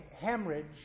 hemorrhage